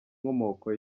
inkomoko